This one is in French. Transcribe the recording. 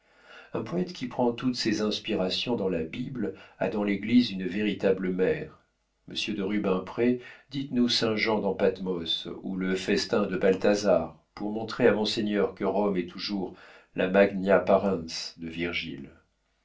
un poète qui prend toutes ses inspirations dans la bible a dans l'église une véritable mère monsieur de rubempré dites-nous saint jean dans pathmos ou le festin de balthasar pour montrer à monseigneur que rome est toujours la magna parens de virgile